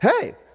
Hey